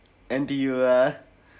N_T_U ah